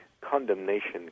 condemnation